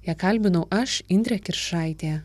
ją kalbinau aš indrė kiršaitė